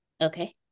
Okay